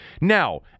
Now